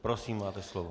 Prosím, máte slovo.